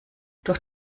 durch